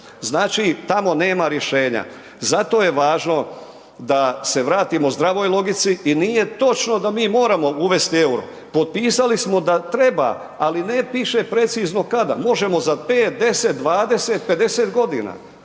znači tamo nema rješenja. Zato je važno da se vratimo zdravoj logici i nije točno da mi moramo uvesti EUR-o, potpisali smo da treba, ali ne piše precizno kada. Možemo za 5, 10, 20, 50 godina,